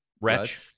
Wretch